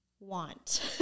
want